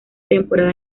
temporada